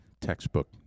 textbook